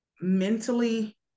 mentally